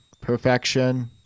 Perfection